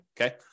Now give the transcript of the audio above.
Okay